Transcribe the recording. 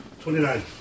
Twenty-nine